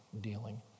dealing